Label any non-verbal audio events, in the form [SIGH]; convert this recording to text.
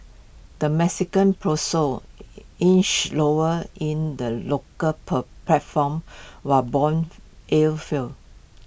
the Mexican peso [HESITATION] inched lower in the local per platform while Bond yields fell